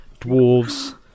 dwarves